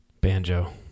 banjo